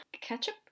ketchup